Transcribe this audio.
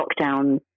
lockdown